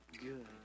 good